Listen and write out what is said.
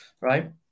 right